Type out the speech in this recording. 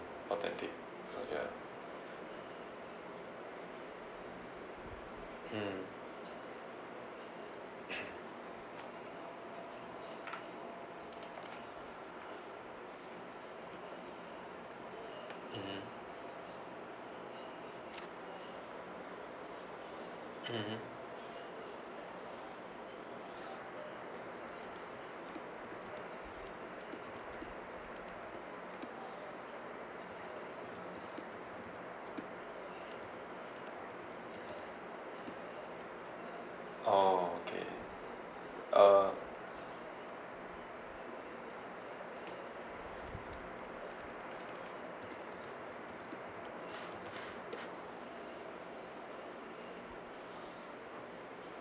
authentic so yeah mm mmhmm mmhmm oh okay uh